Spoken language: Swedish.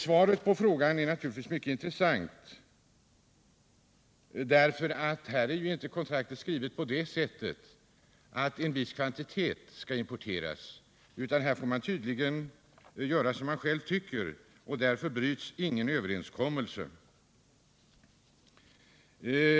Svaret på frågan är naturligtvis mycket intressant, eftersom kontraktet med Sovjetunionen inte är skrivet på det sättet att en viss kvantitet skall importeras, utan man får tydligen göra som man själv tycker. Därför bryts ingen överenskommelse.